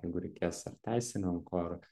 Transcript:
jeigu reikės ar teisininko ar